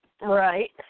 Right